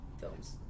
Films